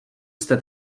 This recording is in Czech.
jste